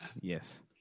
Yes